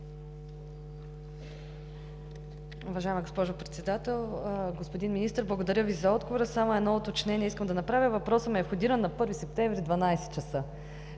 Уважаема госпожо Председател! Господин Министър, благодаря Ви за отговора. Само едно уточнение искам да направя: въпросът ми е входиран на 1 септември в 12,00 ч.